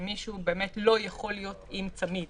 שמישהו לא יכול להיות עם צמיד